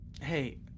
hey